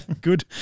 Good